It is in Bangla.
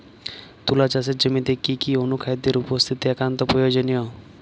তুলা চাষের জমিতে কি কি অনুখাদ্যের উপস্থিতি একান্ত প্রয়োজনীয়?